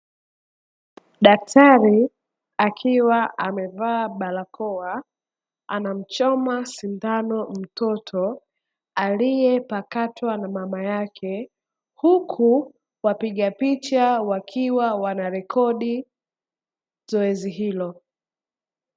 Daktari akiwa amevaa barakoa, anamchoma sindano mtoto aliyepakatwa na mama yake, huku wapiga picha wakiwa wanarekodi zoezi hilo.